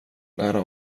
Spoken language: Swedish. nära